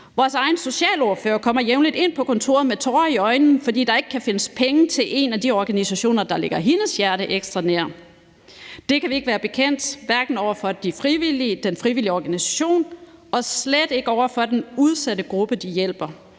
Vores egen socialordfører kommer jævnligt ind på kontoret med tårer i øjnene, fordi der ikke kan findes penge til en af de organisationer, der ligger hendes hjerte ekstra nær. Det kan vi ikke være bekendt, hverken over for de frivillige, den frivillige organisation og slet ikke over for den udsatte gruppe, de hjælper.